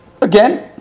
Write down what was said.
Again